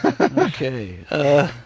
Okay